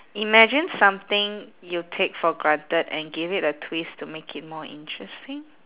imagine something you take for granted and give it a twist to make it more interesting